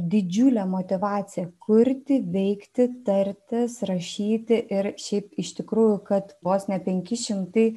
didžiulė motyvacija kurti veikti tartis rašyti ir šiaip iš tikrųjų kad vos ne penki šimtai